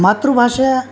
मातृभाषा